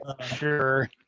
Sure